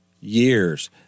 years